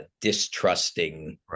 distrusting